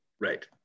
Right